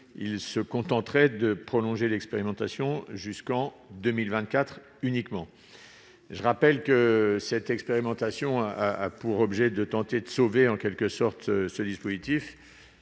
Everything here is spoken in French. ne visent qu'à prolonger l'expérimentation jusqu'en 2024. Je rappelle que cette expérimentation a pour objet de tenter de « sauver », en quelque sorte, ce dispositif,